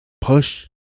push